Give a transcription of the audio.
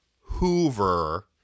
hoover